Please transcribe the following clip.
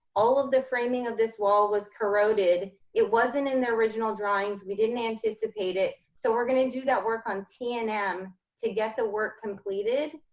all of the framing of this wall was corroded. it wasn't in the original drawings, we didn't anticipate it. so we're gonna do that work on t and m to get the work completed.